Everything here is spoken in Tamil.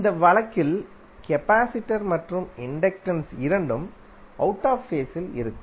இந்த வழக்கில் கபாசிடர் மற்றும் இண்டக்டன்ஸ் இரண்டும் அவுட் ஆஃப் ஃபேஸ் இருக்கும்